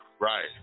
right